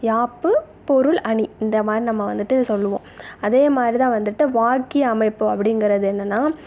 யாப்பு பொருள் அணி இந்தமாதிரி நம்ம வந்துட்டு சொல்லுவோம் அதேமாதிரிதான் வந்துட்டு வாக்கிய அமைப்பு அப்படிங்கிறது என்னென்னால்